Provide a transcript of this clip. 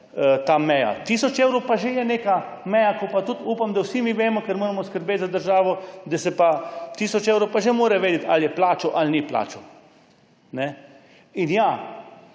ta meja. Tisoč evrov pa že je neka meja, ko pa tudi upam, da vsi mi vemo, ker moramo skrbeti za državo, da tisoč evrov pa že mora vedeti, ali je plačal ali ni plačal. Ja,